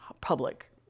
public